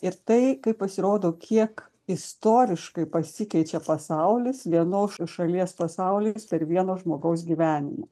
ir tai kaip pasirodo kiek istoriškai pasikeičia pasaulis vienos šalies pasaulis per vieno žmogaus gyvenimą